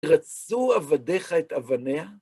רצו עבדיך את אבניה?